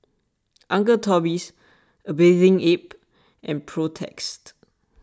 Uncle Toby's A Bathing Ape and Protex